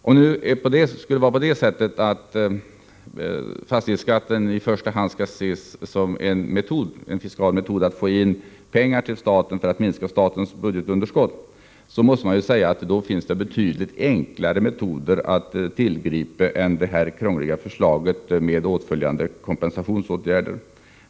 Om det skulle vara på det sättet att fastighetsskatten i första hand skall ses som en fiskal metod att få in pengar till staten för att minska statens budgetunderskott, måste jag säga att det då finns betydligt enklare metoder att tillgripa än detta krångliga förslag med åtföljande kompensationsåtgärder.